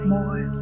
More